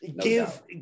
give